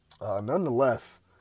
Nonetheless